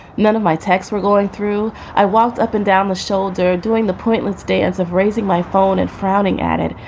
none of my texts were going through. i walked up and down the shoulder, doing the pointless dance of raising my phone and frowning at it,